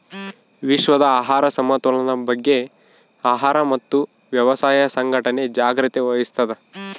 ವಿಶ್ವದ ಆಹಾರ ಸಮತೋಲನ ಬಗ್ಗೆ ಆಹಾರ ಮತ್ತು ವ್ಯವಸಾಯ ಸಂಘಟನೆ ಜಾಗ್ರತೆ ವಹಿಸ್ತಾದ